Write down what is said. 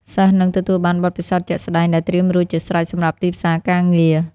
សិស្សនឹងទទួលបានបទពិសោធន៍ជាក់ស្តែងដែលត្រៀមរួចជាស្រេចសម្រាប់ទីផ្សារការងារ។